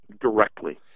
directly